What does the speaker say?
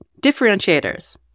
differentiators